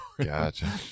Gotcha